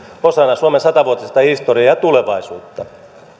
osana suomen satavuotista historiaa ja tulevaisuutta